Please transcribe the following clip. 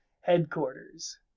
headquarters